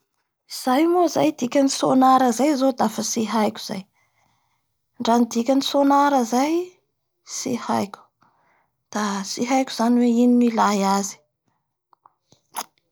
Izay moa zay dikan'ny so, nara zay zao sada tsy haiko zay ndra ny dikany sonara zay tsy haiko da tsy haiko zany hoe ino no iay azy,.